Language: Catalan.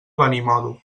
benimodo